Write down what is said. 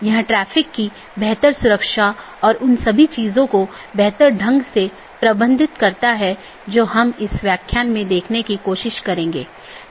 यदि आप याद करें तो हमने एक पाथ वेक्टर प्रोटोकॉल के बारे में बात की थी जिसने इन अलग अलग ऑटॉनमस सिस्टम के बीच एक रास्ता स्थापित किया था